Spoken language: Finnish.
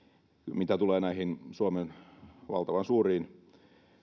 mitä tulee näihin suomen valtavan suuriin